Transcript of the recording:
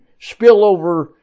spillover